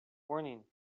warning